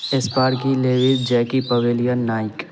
sparky Lays Jackie pavilion Naik